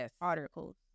articles